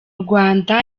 rwanda